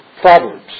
proverbs